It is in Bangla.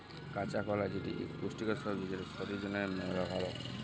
কাঁচা কলা যেটি ইক পুষ্টিকর সবজি যেটা শরীর জনহে মেলা ভাল